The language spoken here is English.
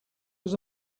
was